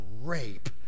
rape